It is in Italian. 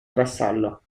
vassallo